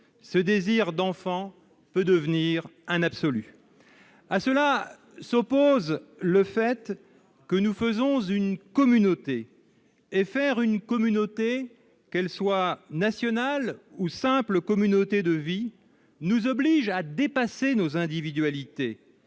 ce désir d'enfant peut devenir un absolu. À cela s'oppose le fait que nous formons une communauté. Faire communauté, qu'elle soit nationale ou simplement de vie, nous oblige à dépasser nos individualités,